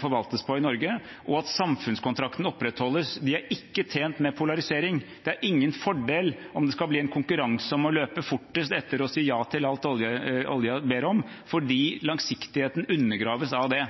forvaltes på i Norge, og at samfunnskontrakten opprettholdes. De er ikke tjent med polarisering. Det er ingen fordel om det skal bli en konkurranse om å løpe fortest etter å si ja til alt oljen ber om, for langsiktigheten undergraves av det.